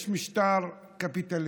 יש משטר קפיטליסטי,